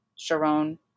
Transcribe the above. Sharon